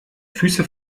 füße